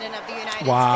Wow